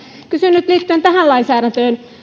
kysyn nyt liittyen tähän lainsäädäntöön